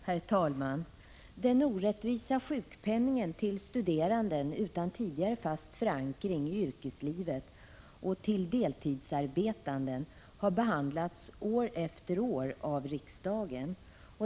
Herr talman! Den orättvisa sjukpenningen till studerande utan tidigare fast förankring i yrkeslivet och till deltidsarbetande har behandlats år efter år av riksdagen.